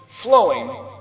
flowing